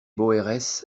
boeres